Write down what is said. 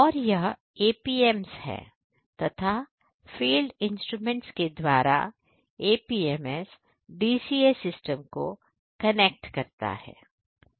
और यह APMs है तथा फील्ड इंस्ट्रूमेंट के द्वारा APMS DCA सिस्टम को कनेक्ट करता है